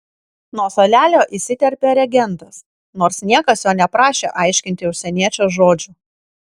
nuo suolelio įsiterpė regentas nors niekas jo neprašė aiškinti užsieniečio žodžių